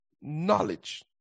knowledge